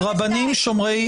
מה עדיף שאני אגיד מבוגר?